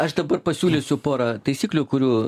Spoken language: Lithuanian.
aš dabar pasiūlysiu porą taisyklių kurių